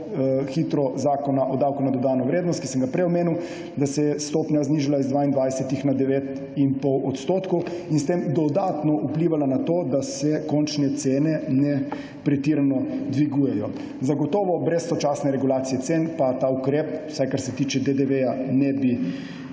zakona o davku na dodano vrednost, ki sem ga prej omenil, da se je stopnja znižala z 22 na 9,5 odstotka, kar je dodatno vplivalo, da se končne cene pretirano ne dvigujejo . Zagotovo brez sočasne regulacije cen pa ta ukrep, vsaj kar se tiče DDV, ne bi